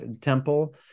Temple